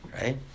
right